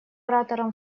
оратором